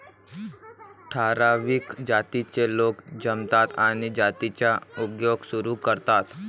ठराविक जातीचे लोक जमतात आणि जातीचा उद्योग सुरू करतात